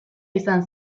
izan